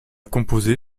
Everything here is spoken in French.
composée